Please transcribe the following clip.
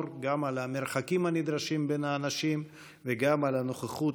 גם על המרחקים הנדרשים בין האנשים וגם על הנוכחות,